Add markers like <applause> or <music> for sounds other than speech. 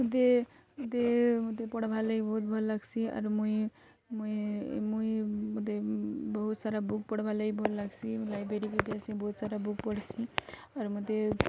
ମୋତେ ପଢ଼୍ବାର୍ ଲାଗି ବହୁତ୍ ଭଲ୍ ଲାଗ୍ସି ଆର୍ ମୁଇଁ ମୋତେ ବହୁତ୍ସାରା ବୁକ୍ ପଢ଼୍ବାର୍ ଲାଗି ଭଲ୍ ଲାଗ୍ସି <unintelligible> ଯାଏସି ବହୁତ୍ ସାରା ବୁକ୍ ପଢ଼୍ସିଁ ଆର୍ ମୋତେ